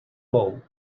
bou